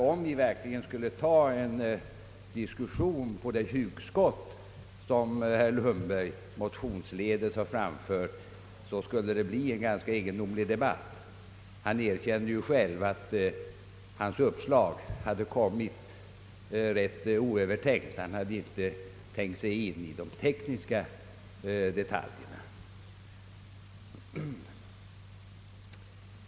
Om vi verkligen skulle ta en diskussion på det hugskott, som herr Lundberg motionsledes har framfört, förmodar jag att det skulle bli en ganska egendomlig debatt. Herr Lundberg erkände ju själv att hans uppslag hade kommit ganska oöverlagt. Han hade inte tänkt sig in i de tekniska detaljerna.